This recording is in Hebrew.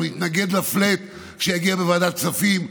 אנחנו נתנגד לפלאט כשיגיע לוועדת הכספים,